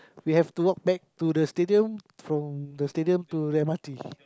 we have to walk back to the stadium from the stadium to the m_r_t